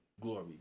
Glory